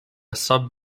sub